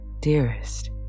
dearest